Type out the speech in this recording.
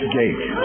gate